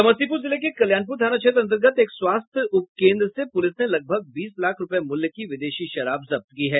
समस्तीपूर जिले के कल्याणपूर थाना क्षेत्र अंतर्गत एक स्वास्थ्य उप केन्द्र से पुलिस ने लगभग बीस लाख रूपये मुल्य की विदेशी शराब जब्त की है